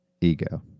ego